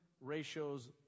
ratios